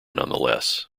nonetheless